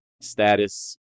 status